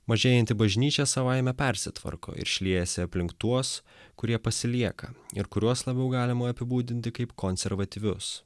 mažėjanti bažnyčia savaime persitvarko ir šliejasi aplink tuos kurie pasilieka ir kuriuos labiau galima apibūdinti kaip konservatyvius